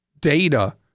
data